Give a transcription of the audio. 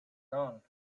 gone